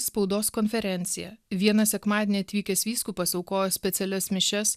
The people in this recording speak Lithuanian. spaudos konferencija vieną sekmadienį atvykęs vyskupas aukojo specialias mišias